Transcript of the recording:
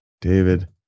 David